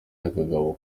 akagabo